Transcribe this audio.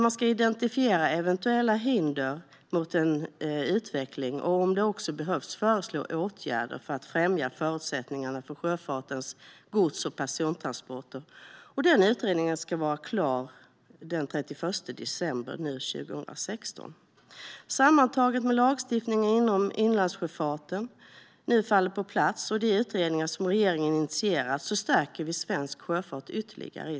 Man ska identifiera eventuella hinder för en utveckling och, om det behövs, föreslå åtgärder för att främja förutsättningarna för sjöfartens gods och persontransporter. Utredningen ska vara klar den 31 december 2016. I och med att lagstiftningen för inlandssjöfarten kommer på plats och att regeringen har initierat dessa utredningar stärker vi svensk sjöfart ytterligare.